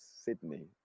Sydney